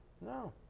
No